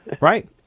right